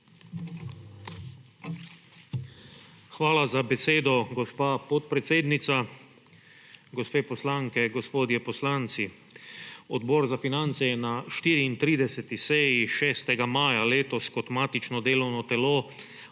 Hvala za besedo, gospa podpredsednica. Gospe poslanke, gospodje poslanci! Odbor za finance je na 34. seji, 6. maja letos, kot matično delovno telo